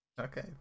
okay